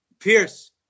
Pierce